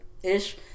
ish